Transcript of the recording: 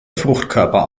fruchtkörper